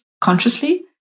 consciously